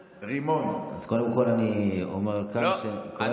אז קודם כול, אני אומר כאן, אני